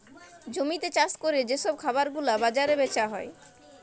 জমিতে চাষ ক্যরে যে সব খাবার গুলা বাজারে বেচা যায়